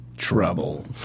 Trouble